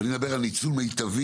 ואני מדבר על ניצול מיטבי,